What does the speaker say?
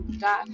god